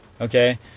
okay